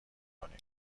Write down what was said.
کنیم